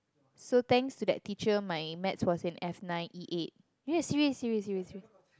so thanks to that teacher my math was an F-nine E-eight serious serious serious